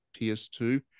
PS2